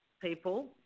people